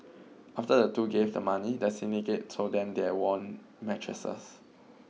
after the two gave the money the syndicate told them that they won mattresses